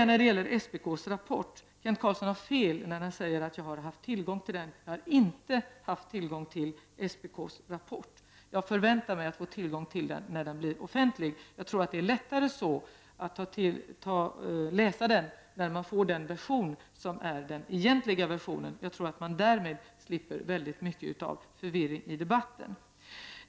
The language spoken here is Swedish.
När det gäller SPK:s rapport har Kent Carlsson fel när han säger att jag har haft tillgång till den. Jag har inte haft tillgång till SPK:s rapport. Jag förväntar mig att få tillgång till den när den blir offentlig, och jag tror att det är lättare att läsa den när man får den egentliga versionen. Därmed slipper man mycket av förvirring i debatten.